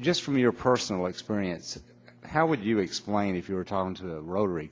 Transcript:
just from your personal experience how would you explain if you were talking to the rotary